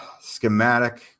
schematic